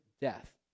death